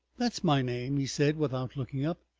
that's my name, he said, without looking up.